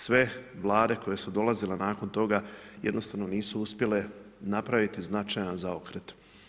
Sve Vlade koje su dolazile nakon toga jednostavno nisu uspjele napraviti značajan zaokret.